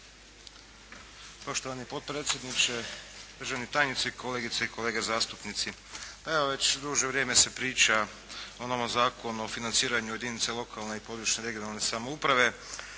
Poštovani potpredsjedniče, državni tajnici, kolegice i kolege zastupnici. Pa evo već duže vrijeme se priča o novom Zakonu o financiranju jedinica lokalne i područne regionalne samouprave